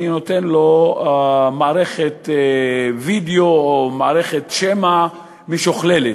אני נותן לו מערכת וידיאו או מערכת שמע משוכללת.